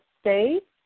State